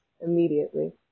immediately